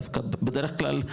דווקא בדרך כלל,